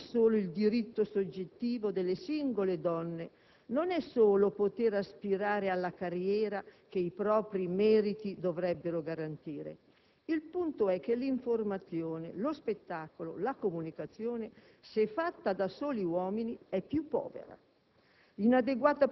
Il punto non è solo il diritto soggettivo delle singole donne, non è solo poter aspirare alla carriera che i propri meriti dovrebbero garantire; il punto è che l'informazione, lo spettacolo, la comunicazione, se fatti dai soli uomini, sono più poveri.